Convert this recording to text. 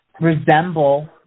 resemble